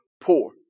poor